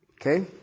Okay